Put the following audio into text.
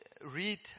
read